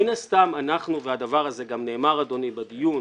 מן הסתם והדבר הזה גם נאמר, אדוני, בדיון